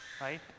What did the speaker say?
Right